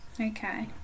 okay